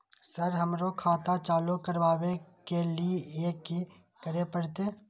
Sir हमरो खाता चालू करबाबे के ली ये की करें परते?